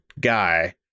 guy